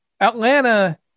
Atlanta